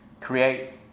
create